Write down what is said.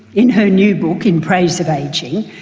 in her new book, in praise of ageing,